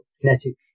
genetic